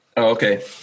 okay